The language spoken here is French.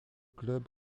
club